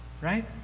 Right